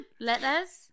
Letters